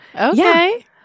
Okay